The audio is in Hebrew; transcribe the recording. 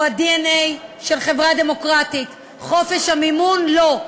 הוא הדנ"א של חברה דמוקרטית, חופש המימון, לא.